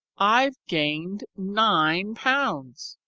i've gained nine pounds!